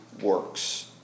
works